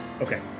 Okay